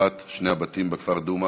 שרפת שני הבתים בכפר דומא